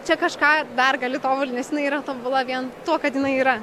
čia kažką dar gali tobulinti nes jinai yra tobula vien tuo kad jinai yra